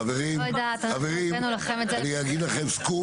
חברים, אני אגיד לכם סקופ.